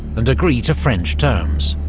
and agree to french terms.